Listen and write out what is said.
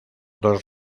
dos